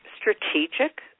strategic